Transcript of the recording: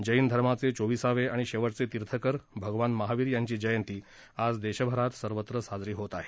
जैन धर्माचे चोविसावे आणि शेवटचे तीर्थकर भगवान महावीर यांची जयंती आज देशभरात सर्वत्र साजरी होत आहे